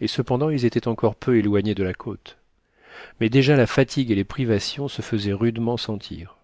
et cependant ils étaient encore peu éloignés de la côte mais déjà la fatigue et les priva tions se faisaient rudement sentir